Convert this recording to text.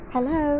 Hello